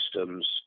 systems